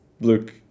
look